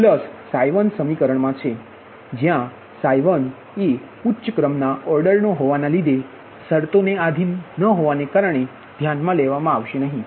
વત્તા 1સમીકરણમા છે જ્યાં 1એ ઉચ્ચક્રમ ના ઓર્ડરનો હોવાને લીધે શરતો ધ્યાનમાં લેવામાં આવશે નહીં